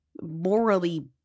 morally